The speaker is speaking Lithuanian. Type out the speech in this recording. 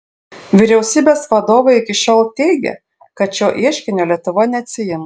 vyriausybės vadovai iki šiol teigė kad šio ieškinio lietuva neatsiims